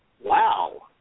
Wow